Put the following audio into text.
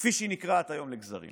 כפי שהיא נקרעת היום לגזרים.